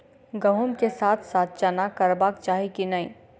गहुम केँ साथ साथ चना करबाक चाहि की नै?